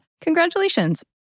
congratulations